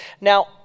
now